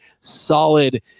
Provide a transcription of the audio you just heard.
solid